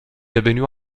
devenu